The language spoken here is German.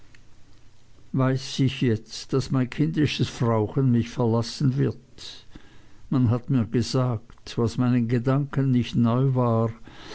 weiß ich jetzt daß mein kindisches frauchen mich verlassen wird man hat mir gesagt was meinen gedanken nicht neu war